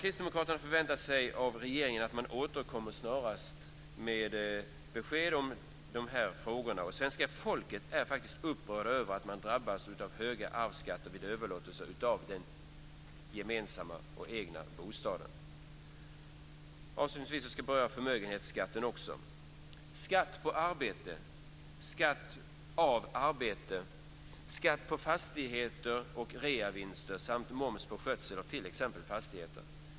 Kristdemokraterna förväntar sig av regeringen att man återkommer snarast med besked i dessa frågor. Svenska folket är upprört över att man ska drabbas av höga arvsskatter vid överlåtelse av den gemensamma bostaden. Avslutningsvis ska jag beröra förmögenhetsskatten. Vi har skatt på arbete, skatt av arbete, skatt på fastigheter och reavinster samt moms på skötsel av t.ex. fastigheter.